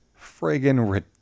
friggin